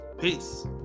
Peace